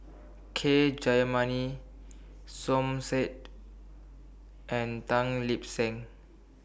K Jayamani Som Said and Tan Lip Seng